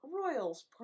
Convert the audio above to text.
Royals